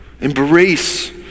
Embrace